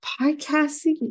podcasting